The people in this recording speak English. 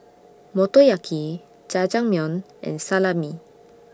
Motoyaki Jajangmyeon and Salami